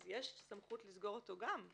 יש סמכות לסגור אותו גם.